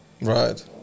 right